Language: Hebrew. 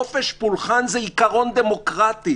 חופש פולחן זה עיקרון דמוקרטי.